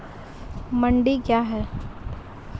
मंडी क्या हैं?